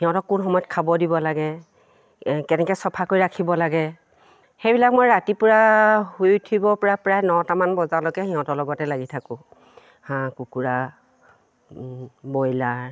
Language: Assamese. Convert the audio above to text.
সিহঁতক কোন সময়ত খাব দিব লাগে কেনেকে চফা কৰি ৰাখিব লাগে সেইবিলাক মই ৰাতিপুৱা শুই উঠিব পৰা প্ৰায় নটামান বজালৈকে সিহঁতৰ লগতে লাগি থাকোঁ হাঁহ কুকুৰা ব্ৰইলাৰ